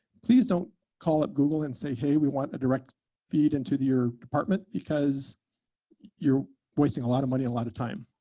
please don't call it google and say, hey, we want a direct feed into your department because you're wasting a lot of money, a lot of time.